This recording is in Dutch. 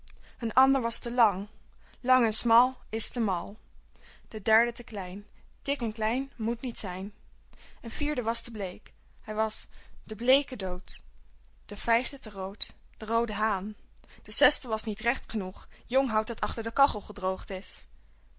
een andere was te lang lang en smal is te mal de derde te klein dik en klein moet niet zijn een vierde was te bleek hij was de bleeke dood de vijfde te rood de roode haan de zesde was niet recht genoeg jong hout dat achter de kachel gedroogd is